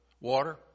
water